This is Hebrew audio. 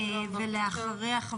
אני מברכת על